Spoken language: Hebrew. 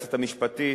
ליועצת המשפטית,